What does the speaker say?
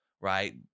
right